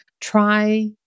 Try